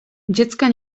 dziecka